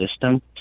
system